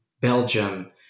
Belgium